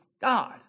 God